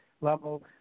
level